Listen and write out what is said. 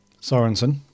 Sorensen